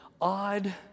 odd